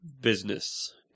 business